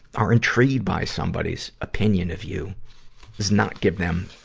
are intrigued by somebody's opinion of you not give them,